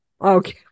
Okay